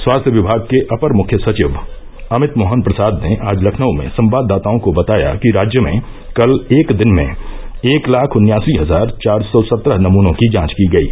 स्वास्थ्य विभाग के अपर मुख्य सचिव अमित मोहन प्रसाद ने आज लखनऊ में संवाददाताओं को बताया कि राज्य में कल एक दिन में एक लाख उन्यासी हजार चार सौ सत्रह नमुनों की जांच की गयी